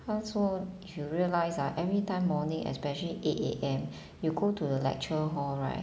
她说 she realise ah everytime morning especially eight A M you go to the lecture hall right